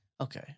Okay